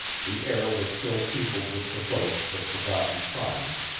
the air was still peopled with the ghosts of forgotten crimes,